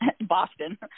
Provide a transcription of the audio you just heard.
Boston